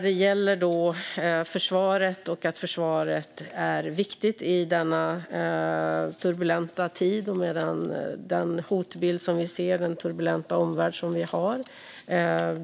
Det är utan tvivel så att försvaret är viktigt i denna turbulenta tid med den hotbild som vi ser och den turbulenta omvärld som vi har.